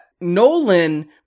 Nolan